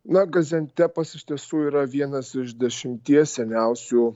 na gaziantepas iš tiesų yra vienas iš dešimties seniausių